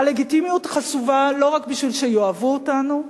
הלגיטימיות חשובה לא רק בשביל שיאהבו אותנו,